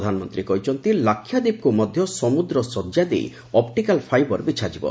ପ୍ରଧାନମନ୍ତ୍ରୀ କହିଛନ୍ତି ଲାକ୍ଷାଦ୍ୱୀପକୁ ମଧ୍ୟ ସମୁଦ୍ରଶଯ୍ୟା ଦେଇ ଅପ୍ରିକାଲ ଫାଇବର୍ ବିଚ୍ଛାଯିବ